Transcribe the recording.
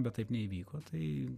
bet taip neįvyko tai